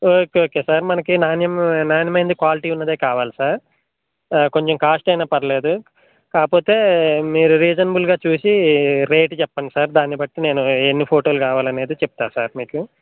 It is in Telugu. ఓకే ఓకే సార్ మనకి నాణ్య నాణ్యమైంది క్వాలిటీ ఉన్నదే కావాలి సార్ కొంచెం కాస్ట్ అయినా పర్లేదు కాపోతే మీరు రీజనబుల్గా చూసి రేటు చెప్పండి సార్ దాన్ని బట్టి నేను ఎన్ని ఫోటోలు కావాలనేది చెప్తాను సార్ మీకు